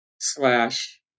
slash